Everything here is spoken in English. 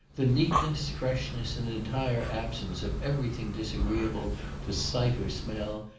the neatness, freshness, and entire absence of every thing disagreeable to sight or smell,